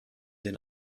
den